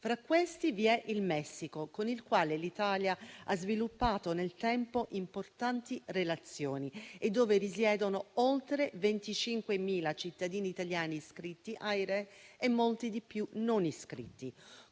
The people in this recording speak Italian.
Fra questi vi è il Messico, con il quale l'Italia ha sviluppato nel tempo importanti relazioni e dove risiedono oltre 25.000 cittadini italiani iscritti all'Anagrafe italiani residenti